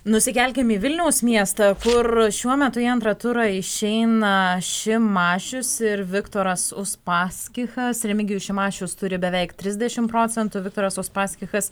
nusikelkim į vilniaus miestą kur šiuo metu į antrą turą išeina šimašius ir viktoras uspaskichas remigijus šimašius turi beveik trisdešimt procentų viktoras uspaskichas